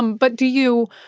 um but do you